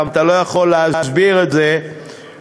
ואתה גם לא יכול להסביר את זה לחברי